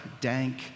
dank